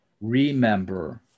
remember